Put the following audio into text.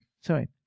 sorry